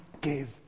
give